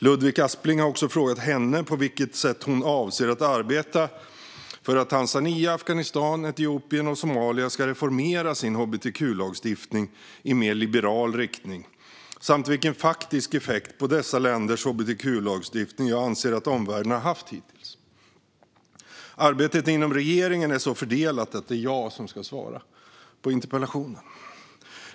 Ludvig Aspling har också frågat henne på vilket sätt hon avser att arbeta för att Tanzania, Afghanistan, Etiopien och Somalia ska reformera sin hbtq-lagstiftning i mer liberal riktning samt vilken faktisk effekt på dessa länders hbtq-lagstiftning jag anser att omvärlden har haft hittills. Arbetet inom regeringen är så fördelat att det är jag som ska svara på interpellationen.